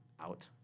out